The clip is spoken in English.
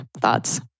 thoughts